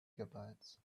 gigabytes